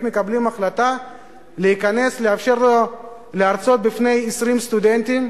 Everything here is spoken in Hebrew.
מקבלים החלטה לאפשר לו להרצות בפני 20 סטודנטים.